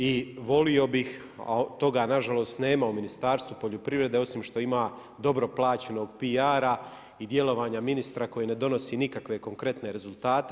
I volio bih, a toga nažalost nema u Ministarstvu poljoprivrede osim što ima dobro plaćenog PR-a i djelovanja ministra koji ne donosi nikakve konkretne rezultate.